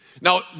Now